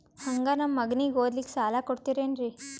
ಹಂಗ ನಮ್ಮ ಮಗನಿಗೆ ಓದಲಿಕ್ಕೆ ಸಾಲ ಕೊಡ್ತಿರೇನ್ರಿ?